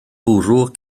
bwrw